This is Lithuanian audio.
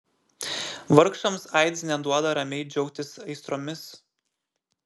vargšams aids neduoda ramiai džiaugtis aistromis